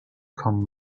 come